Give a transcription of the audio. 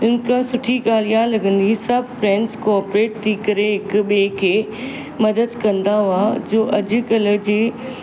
इन खां सुठी ॻाल्हि ईअं लॻंदी सभु फ्रेंड्स कॉपरेट थी करे हिक ॿिए खे मदद कंदा हुआ जो अॼुकल्ह जे